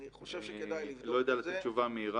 אני חושב שכדאי לבדוק את זה.